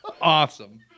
Awesome